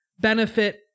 benefit